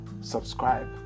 subscribe